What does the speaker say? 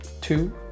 two